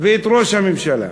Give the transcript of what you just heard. ואת ראש הממשלה: